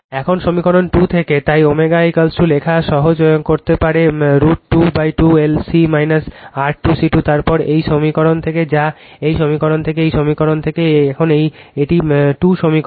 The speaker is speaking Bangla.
এখন সমীকরণ 2 থেকে তাই ω লেখা সহজ করতে পারে √22 L C R 2 C 2 তারপর এই সমীকরণ থেকে যা এই সমীকরণ থেকে এই সমীকরণ থেকে এখন এটি 2 সমীকরণ